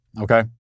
okay